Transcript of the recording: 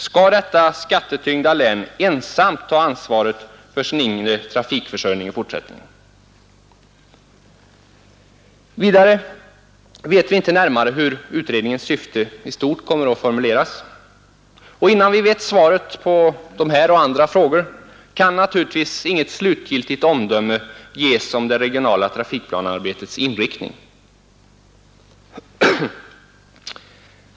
Skall detta skattetyngda län ensamt ta ansvaret för sin inre trafikförsörjning i fortsättningen? Vidare vet vi inte närmare hur utredningens syfte i stort kommer att formuleras. Innan vi vet svaret på dessa och andra frågor kan naturligtvis inget slutgiltigt omdöme ges om det regionala trafikplanearbetets inriktning.